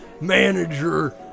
manager